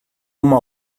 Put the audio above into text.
uma